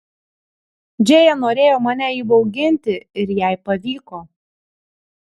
džėja norėjo mane įbauginti ir jai pavyko